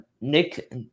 Nick